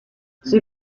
sie